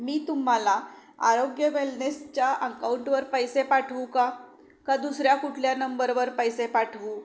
मी तुम्हाला आरोग्य वेलनेसच्या अकाऊंटवर पैसे पाठवू का दुसऱ्या कुठल्या नंबरवर पैसे पाठवू